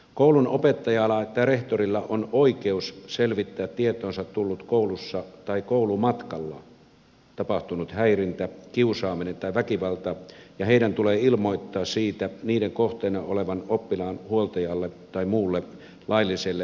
koulun opettajalla tai rehtorilla on oikeus selvittää tietoonsa tullut koulussa tai koulumatkalla tapahtunut häirintä kiusaaminen tai väkivalta ja heidän tulee ilmoittaa siitä niiden kohteena olevan oppilaan huoltajalle tai muulle lailliselle edustajalle